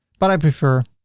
but i prefer